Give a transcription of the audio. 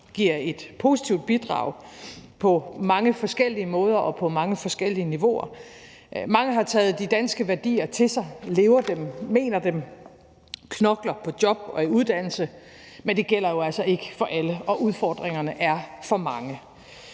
giver et positivt bidrag på mange forskellige måder og på mange forskellige niveauer. Mange har taget de danske værdier til sig, lever dem og mener dem og knokler på job og i uddannelse, men det gælder jo altså ikke for alle, og udfordringerne er for mange.